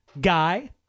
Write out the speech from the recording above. Guy